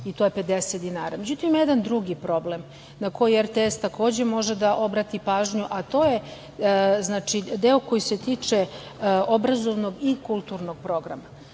i to je 50 dinara.Međutim, jedan drugi problem na koji RTS može da obrati pažnju, a to je znači deo koji se tiče obrazovnog i kulturnog programa.